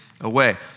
away